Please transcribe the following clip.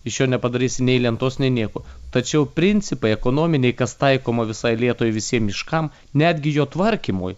iš jo nepadarysi nei lentos nei nieko tačiau principai ekonominiai kas taikoma visai lietuvai visiem miškam netgi jo tvarkymui